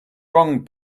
wrong